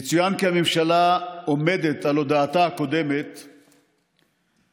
יצוין כי הממשלה עומדת על הודעתה הקודמת בנושא,